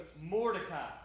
Mordecai